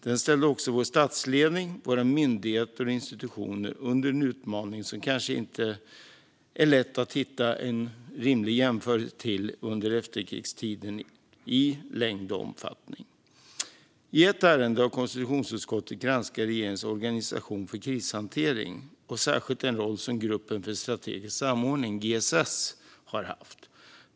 Den ställde också vår statsledning, våra myndigheter och våra institutioner inför en utmaning som inte är lätt att hitta en rimlig jämförelse till i längd och omfattning under efterkrigstiden. I ett ärende har konstitutionsutskottet granskat regeringens organisation för krishantering och särskilt den roll som gruppen för strategisk samordning, GSS, har haft.